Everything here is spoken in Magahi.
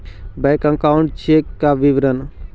बैक अकाउंट चेक का विवरण?